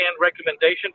recommendation